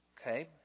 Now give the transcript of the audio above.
Okay